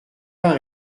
pas